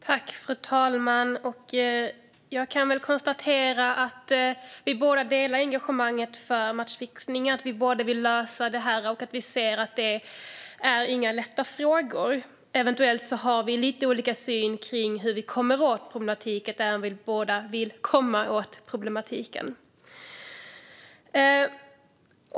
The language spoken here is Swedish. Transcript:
Fru talman! Jag kan väl konstatera att jag och statsrådet delar engagemanget mot matchfixningen, att vi båda vill lösa det här och att vi ser att det inte är några lätta frågor. Eventuellt har vi lite olika syn när det gäller hur vi ska komma åt problematiken där vi båda vill komma åt den.